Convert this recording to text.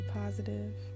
positive